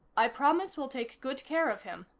i promise we'll take good care of him,